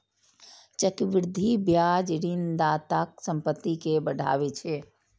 चक्रवृद्धि ब्याज ऋणदाताक संपत्ति कें बढ़ाबै छै